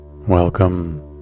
Welcome